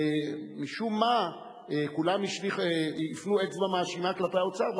ומשום מה כולם הפנו אצבע מאשימה כלפי האוצר,